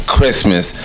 Christmas